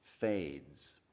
fades